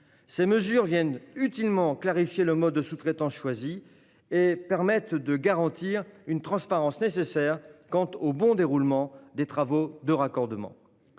Ces mesures viennent utilement clarifier le mode de sous-traitance choisi et contribuent à garantir la transparence nécessaire au bon déroulement des travaux de raccordement.